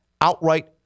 outright